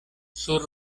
sur